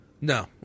No